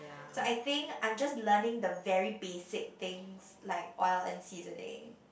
so I think I'm just learning the very basic things like oil and seasoning